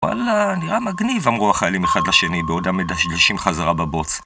וואלה, נראה מגניב אמרו החיילים אחד לשני בעודם מדשדשים חזרה בבוץ